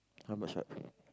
how much I